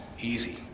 easy